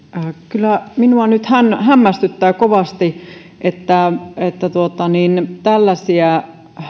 kyllä minua nyt hämmästyttää kovasti että tällaisia